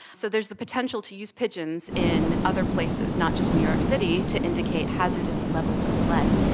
so there is the potential to use pigeons in other places, not just new york city, to indicate hazardous levels of lead.